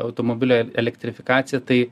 automobilio elektrifikaciją tai